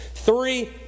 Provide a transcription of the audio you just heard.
Three